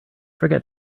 forget